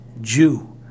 Jew